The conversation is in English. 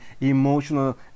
emotional